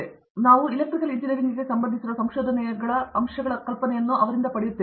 ಆದ್ದರಿಂದ ನಾವು ಎಲೆಕ್ಟ್ರಿಕಲ್ ಇಂಜಿನಿಯರಿಂಗ್ಗೆ ಸಂಬಂಧಿಸಿರುವ ಸಂಶೋಧನೆಯ ಅಂಶಗಳ ಕಲ್ಪನೆಯನ್ನು ಪಡೆಯುತ್ತೇವೆ